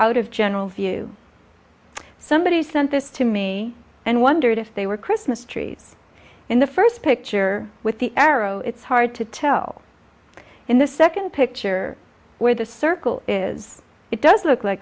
out of general view somebody sent this to me and wondered if they were christmas trees in the first picture with the arrow it's hard to tell in the second picture where the circle is it does look like